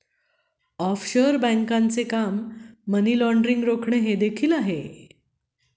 offshore बँकांचे काम money laundering रोखणे हे देखील आहे